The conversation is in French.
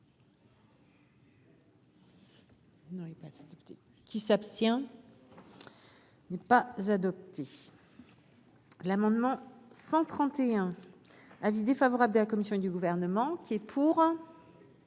qui s'abstient, il n'est pas adopté, amendement 121 avis défavorable de la commission du gouvernement qui est pour,